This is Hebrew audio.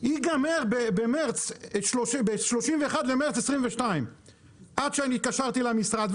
ייגמר ב-31 למרץ 2022'. עד שאני התקשרתי למשרד,